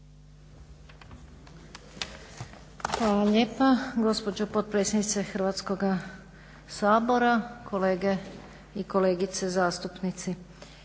Hvala lijepa. Gospođo potpredsjednice Hrvatskog sabora, kolegice i kolege zastupnici.